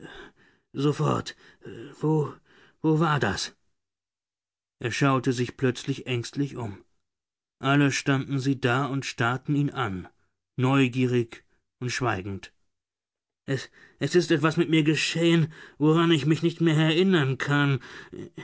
sofort wo war das er schaute sich plötzlich ängstlich um alle standen sie da und starrten ihn an neugierig und schweigend es ist etwas mit mir geschehen woran ich mich nicht mehr erinnern kann